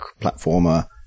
platformer